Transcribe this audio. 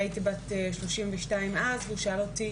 והייתי בת 32 אז, והוא שאל אותי